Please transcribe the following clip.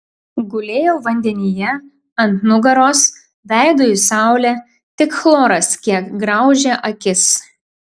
gulėjau vandenyje ant nugaros veidu į saulę tik chloras kiek graužė akis